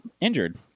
injured